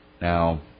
Now